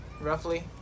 roughly